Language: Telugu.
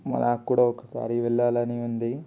నాకు కూడా ఒకసారి వెళ్ళాలని ఉంది